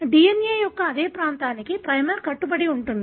DNA యొక్క అదే ప్రాంతానికి ప్రైమర్ కట్టుబడి ఉంటుంది